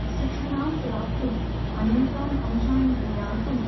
शिक्षणं प्राप्तुम् अनेकान् अंशान् ज्ञातुं